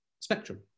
spectrum